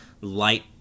light